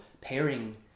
pairing